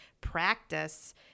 practice